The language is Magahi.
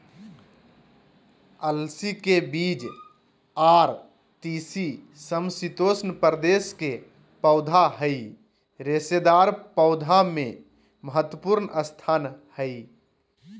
अलसी के बीज आर तीसी समशितोष्ण प्रदेश के पौधा हई रेशेदार पौधा मे महत्वपूर्ण स्थान हई